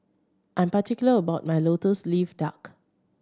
I'm particular about my Lotus Leaf Duck